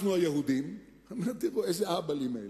אנחנו היהודים, ואומר: תראו איזה מין אהבלים אלה.